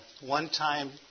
one-time